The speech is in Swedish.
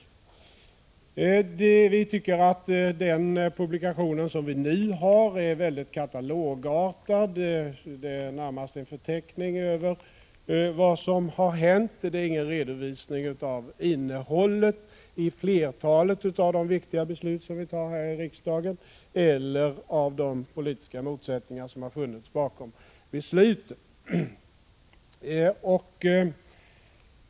Vi tycker att den publikation som vi nu har är katalogartad. Det är närmast en förteckning över vad som har hänt. Det är ingen redovisning av innehållet i flertalet av de viktiga beslut som vi tar i riksdagen eller av de politiska motsättningar som har funnits bakom besluten.